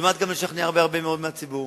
וכמעט גם לשכנע הרבה מאוד מהציבור.